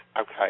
okay